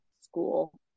school